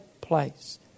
place